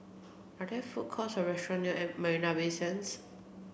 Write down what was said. are there food courts or restaurants near Marina Bay Sands